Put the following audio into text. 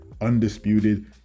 undisputed